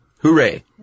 Hooray